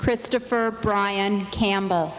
christopher brian campbell